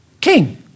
king